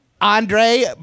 Andre